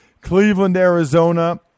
Cleveland-Arizona